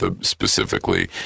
specifically